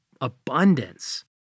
abundance